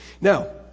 Now